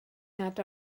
nad